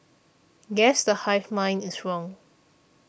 guess the hive mind is wrong